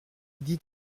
dites